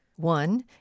one